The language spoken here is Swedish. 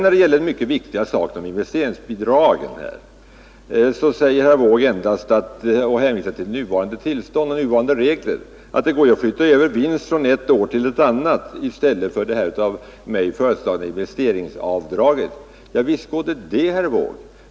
Vad beträffar den mycket viktiga frågan om investeringsbidragen hänvisar herr Wååg endast till nuvarande tillstånd och nuvarande regler, nämligen att det går att skjuta över vinst från ett år till ett annat i stället för det av mig föreslagna investeringsavdraget. Visst går det att göra det, herr Wååg.